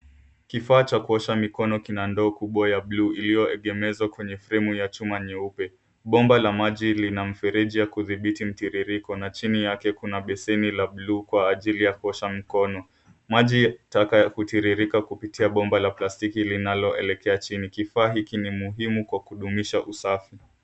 Kifaa cha kuosha mikono kina ndoo kubwa ya buluu iliyoegemezwa kwenye fremu ya chuma nyeupe. Bomba la maji lina mfereji ya kudhibiti mtiririko na chini yake kuna beseni la buluu kwa ajili ya kuosha mkono. Maji taka hutiririka kupitia bomba la plastiki linaloelekea chini. Kifaa hiki muhimu kwa kudumisha usafi.